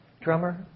drummer